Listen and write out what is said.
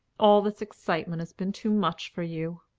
all this excitement has been too much for you.